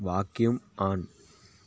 vacuum on